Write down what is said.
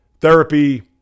therapy